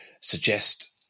suggest